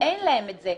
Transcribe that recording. אין להם את זה.